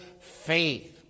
faith